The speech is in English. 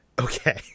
Okay